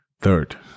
Third